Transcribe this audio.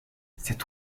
cet